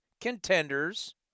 contenders